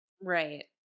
Right